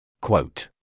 Quote